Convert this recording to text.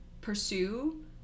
pursue